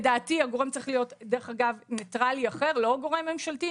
לדעתי הגורם צריך להיות גורם ניטרלי אחר ולא גורם משפטי,